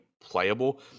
playable